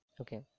Okay